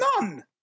None